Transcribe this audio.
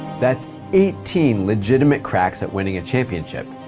that's eighteen legitimate cracks at winning a championship,